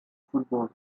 football